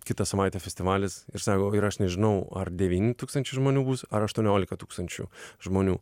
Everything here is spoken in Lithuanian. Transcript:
kitą savaitę festivalis ir sako ir aš nežinau ar devyni tūkstančiai žmonių bus ar aštuoniolika tūkstančių žmonių